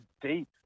deep